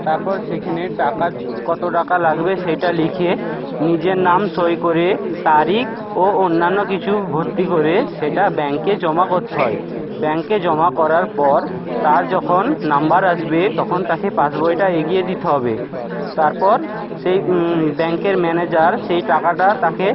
তারপর সেখেনে টাকা কতো টাকা লাগবে সেইটা লিখে নিজের নাম সই করে তারিখ ও অন্যান্য কিছু ভর্তি করে সেটা ব্যাংকে জমা করতে হয় ব্যাংকে জমা করার পর তার যখন নম্বর আসবে তখন তাকে পাস বইটা এগিয়ে দিতে হবে তারপর সেই ব্যাংকের ম্যানেজার সেই টাকাটা তাকে